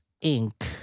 ink